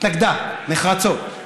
התנגדה נחרצות.